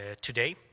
today